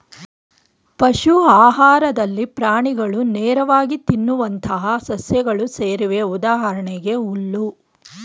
ಪಶು ಆಹಾರದಲ್ಲಿ ಪ್ರಾಣಿಗಳು ನೇರವಾಗಿ ತಿನ್ನುವಂತಹ ಸಸ್ಯಗಳು ಸೇರಿವೆ ಉದಾಹರಣೆಗೆ ಹುಲ್ಲು